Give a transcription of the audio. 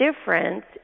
difference